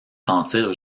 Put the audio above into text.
sentir